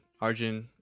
Arjun